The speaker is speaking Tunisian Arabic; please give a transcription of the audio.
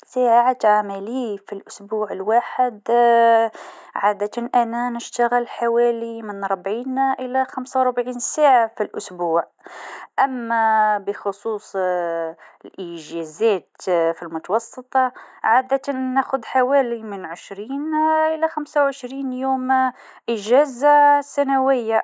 نجم نتفقد هاتفي حوالي عشرين مرة في اليوم. دايمًا نحب نشوف الرسائل والمكالمات. الهواتف صارت جزء من حياتنا، ونتواصل مع الأصدقاء والعائلة بطريقة سهلة وسريعة.